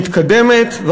מתקדמת,